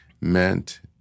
meant